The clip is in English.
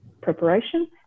preparation